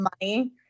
money